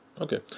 Okay